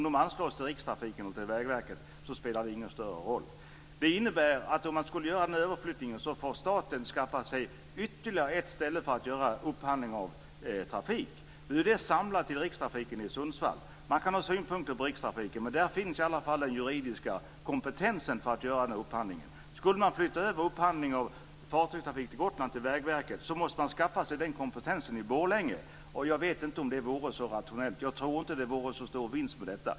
Det spelar ingen större roll om de anslås till Rikstrafiken eller till Vägverket. Om man skulle göra den här överflyttningen så får staten skaffa sig ytterligare ett ställe för att göra upphandling av trafik. Nu är det samlat till Man kan ha synpunkter på Rikstrafiken, men där finns i alla fall den juridiska kompetensen för att göra den här upphandlingen. Skulle vi flytta över upphandlingen av fartygstrafik till Gotland till Vägverket måste man skaffa sig den kompetensen i Borlänge. Jag vet inte om det vore så rationellt. Jag tror inte att det vore så stor vinst med det.